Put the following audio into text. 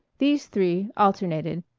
these three, alternated,